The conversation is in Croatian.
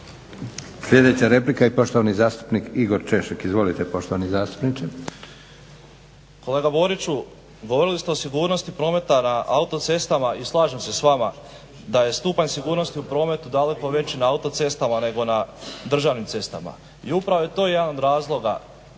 Sljedeća replika i poštovani zastupnik Igor Češek. Izvolite poštovani9 zastupniče. **Češek, Igor (HDSSB)** Kolega Boriću, govorili ste o sigurnosti prometa na autocestama i slažem se s vama da je stupanj sigurnosti u prometu daleko veći na autocestama nego na državnim cestama. I upravo je to jedan od razloga